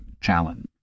challenge